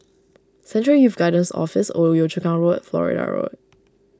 Central Youth Guidance Office Old Yio Chu Kang Road Florida Road